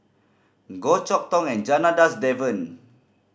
Goh Chok Tong and Janadas Devan